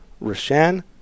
Roshan